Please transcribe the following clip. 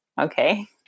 Okay